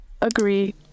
Agree